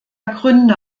gründe